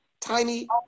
tiny